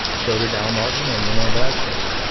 so did al martin and ramone vasquez.